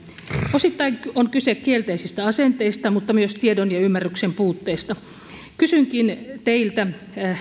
osittain on kyse kielteisistä asenteista mutta myös tiedon ja ymmärryksen puutteesta kysynkin teiltä